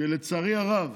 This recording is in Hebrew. שלצערי הרב